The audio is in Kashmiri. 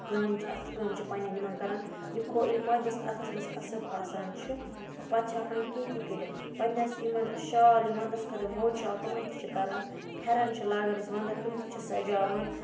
کٲم چھِ اَتھٕ کٲم چھِ پَنٮ۪ن یِمَن کَران یہِ کھو ییٚلہِ پنٛنِس اَتھَس منٛز قصٕب آسان چھُ پَتہٕ چھِ ہٮ۪کان کیٚنٛہہ تہِ کٔرِتھ پنٛنِس یِمَن شال یہِ وَنٛدَس خٲطرٕ موٹۍ شال تِمَن تہِ چھِ کَران پھٮ۪رَن چھِ لاگان أسۍ وَنٛدَس تِم تہِ چھِ سَجاوان